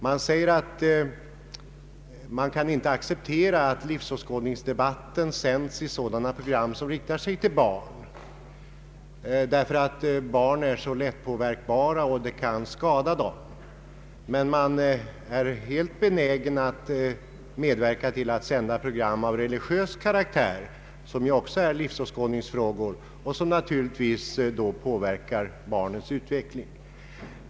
Man säger sig inte kunna acceptera att livsåskådningsdebatter sänds i sådana program som riktar sig till barn därför att de är så lätt påverkbara att de kan ta skada. Man är emellertid helt benägen att medverka till att sända program av religiös karaktär som ju också innefattar livsåskådningsfrågor och som naturligtvis då också påverkar barnens utveckling.